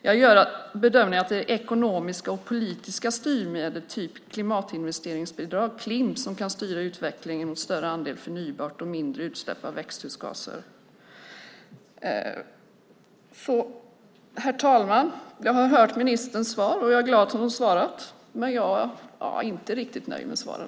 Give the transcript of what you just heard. Jag gör bedömningen att det är ekonomiska och politiska styrmedel, till exempel klimatinvesteringsbidrag, Klimp, som kan styra utvecklingen mot en större andel förnybart och mindre utsläpp av växthusgaser. Herr talman! Jag har hört ministerns svar, och jag är glad över att hon har svarat, men jag är inte riktigt nöjd med svaren.